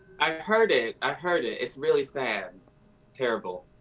i've heard it, i've heard it. it's really sad, it's terrible.